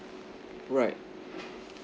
right